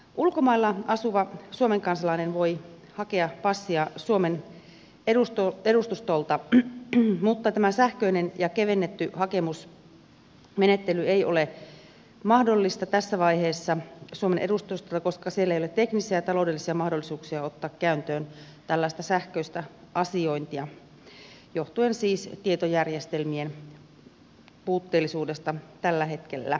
ulkomailla asuva suomen kansalainen voi hakea passia suomen edustustolta mutta tämä sähköinen ja kevennetty hakemusmenettely ei ole mahdollista tässä vaiheessa suomen edustustoilta koska siellä ei ole teknisiä ja taloudellisia mahdollisuuksia ottaa käyttöön tällaista sähköistä asiointia johtuen siis tietojärjestelmien puutteellisuudesta tällä hetkellä